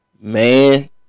Man